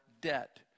debt